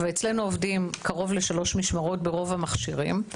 ואצלנו עובדים קרוב לשלוש משמרות ברוב המכשירים,